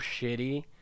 shitty